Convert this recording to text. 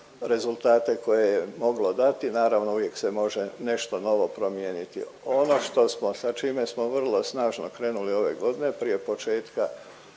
rezultate koje je moglo dati. Naravno uvijek se može nešto novo promijeniti. Ono što smo, sa čime smo vrlo snažno krenuli ove godine prije početka